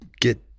get